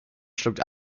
schluckt